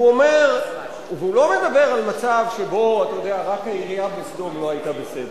הוא לא מדבר רק על מצב שבו רק העירייה בסדום לא היתה בסדר.